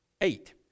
eight